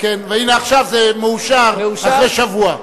והנה עכשיו זה מאושר אחרי שבוע,